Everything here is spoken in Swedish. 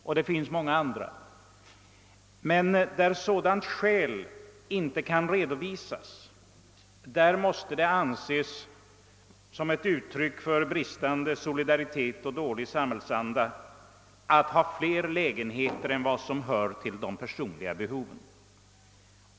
Men där skäl för innehav av två bostäder inte kan redovisas måste det anses vara ett uttryck för bristande solidaritet och dålig samhällsanda att ha mer än en lägenhet.